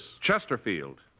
Chesterfield